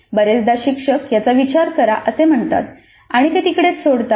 बरेचदा शिक्षक "याचा विचार करा" असे म्हणतात आणि ते तिकडेच सोडतात